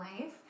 life